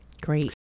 Great